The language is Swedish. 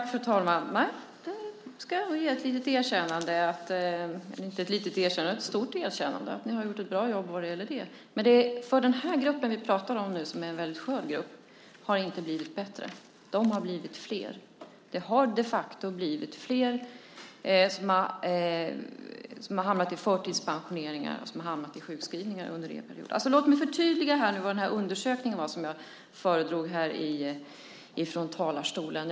Fru talman! Jag ska nog ge ett stort erkännande - ni har gjort ett bra jobb vad gäller det. Men för den grupp vi pratar om nu, som är en väldigt skör grupp, har det inte blivit bättre. Den har blivit större. Det har de facto blivit flera som har hamnat i förtidspensioneringar och sjukskrivningar under er period. Låt mig förtydliga om den undersökning som jag pratade om här från talarstolen.